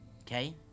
Okay